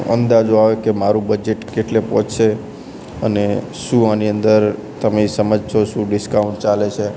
અંદાજો આવે કે મારું બજેટ કેટલે પહોંચશે અને શું આની અંદર તમેય સમજજો શું ડિસ્કાઉન્ટ ચાલે છે